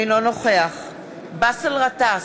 אינו נוכח באסל גטאס,